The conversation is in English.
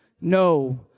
no